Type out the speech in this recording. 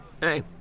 Hey